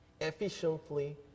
efficiently